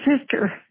sister